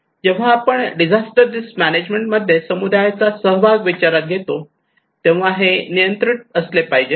जेव्हा आपण disaster risk management मध्ये समुदायाचा सहभाग विचारात घेतो तेव्हा हे नियंत्रित असले पाहिजे